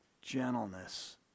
Gentleness